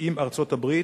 עם ארצות-הברית